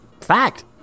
fact